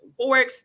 Forex